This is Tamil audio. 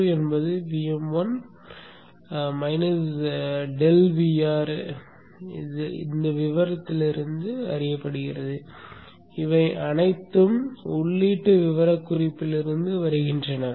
Vm2 என்பது Vm1 ∆Vr என்ற விவரக்குறிப்பிலிருந்து அறியப்படுகிறது இவை அனைத்தும் உள்ளீட்டு விவரக்குறிப்பிலிருந்து வருகின்றன